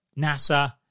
NASA